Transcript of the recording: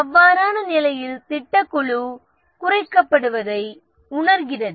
அவ்வாறான நிலையில் ப்ராஜெக்ட் குழு குறைக்கப்படுவதை உணர்கிறது